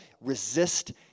Resist